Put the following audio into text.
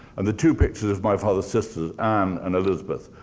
and the two pictures of my father's sisters, anne and elizabeth,